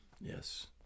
Yes